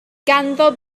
ganddo